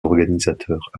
organisateurs